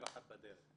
ואחת בדרך.